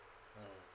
mm